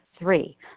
Three